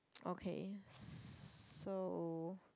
okay so